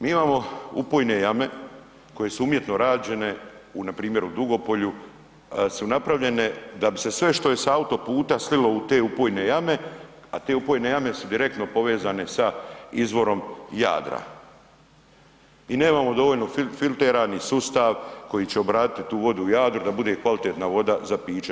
Mi imamo upojne jame koje su umjetno rađene u npr. u Dugopolju su napravljene da bi se sve što je s autoputa slilo u te upojne jame, a te upojne jame su direktno povezane sa izvorom Jadra i nemamo dovoljno filtera ni sustav koji će obraditi tu vodu u Jadru, da bude kvalitetna voda za piće.